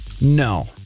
No